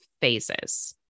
phases